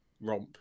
romp